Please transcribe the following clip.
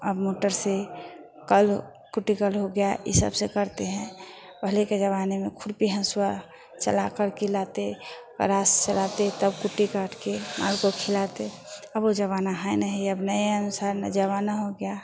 अब मोटर से कल कुट्टी कल हो गया ये सब से करते हैं पहले के ज़माने में खुरपी हसुआ चला कर किलाते गरास चलाते तब कुट्टी काट के माल को खिलाते अब वो ज़माना है नहीं अब नए अनुसार ज़माना हो गया